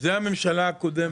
זאת הממשלה הקודמת.